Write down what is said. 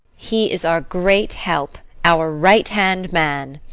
he is our great help, our right-hand man.